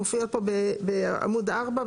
מופיע פה בעמוד ארבע,